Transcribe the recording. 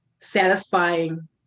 satisfying